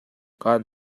kaan